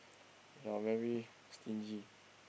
you are very stingy